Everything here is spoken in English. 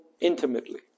intimately